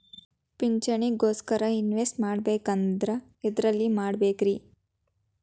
ಪಿಂಚಣಿ ಗೋಸ್ಕರ ಇನ್ವೆಸ್ಟ್ ಮಾಡಬೇಕಂದ್ರ ಎದರಲ್ಲಿ ಮಾಡ್ಬೇಕ್ರಿ?